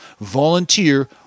volunteer